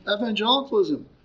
evangelicalism